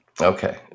Okay